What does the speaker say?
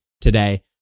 today